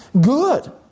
good